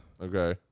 Okay